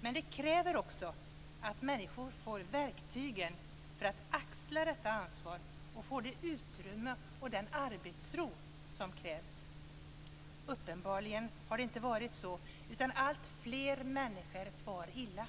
men det kräver också att människor får verktygen för att axla detta ansvar och får det utrymme och den arbetsro som krävs. Uppenbarligen har det inte varit så, utan alltfler människor far illa.